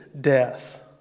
death